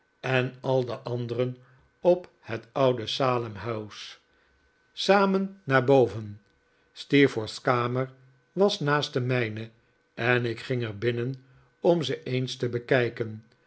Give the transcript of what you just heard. en al de anderen op het oude salem house samen naar boyen steerforth's kamer was naast de mijne en ik ging er binnen om ze eens te bekijken